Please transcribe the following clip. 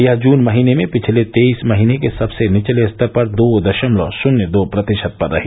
यह जून महीने में पिछले तेईस महीने के सबसे निचले स्तर दो दशमलव शुन्य दो प्रतिशत पर रही